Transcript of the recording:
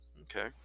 Okay